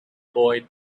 boy